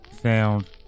sound